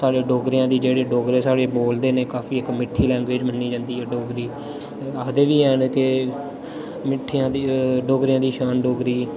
साढे़ डोगरेआं दी जेह्ड़ी डोगरे साढे़ बोलदे न काफी इक मिट्ठी लैंग्वेज़ मन्नी जन्दी ऐ डोगरी आखदे बी हैन के मिट्ठेआं दी डोगरेआं दी शान डोगरी